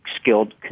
skilled